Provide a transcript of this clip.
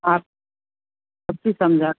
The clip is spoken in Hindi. आप अपकी समझा